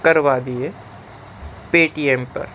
کروا دیے Paytm پر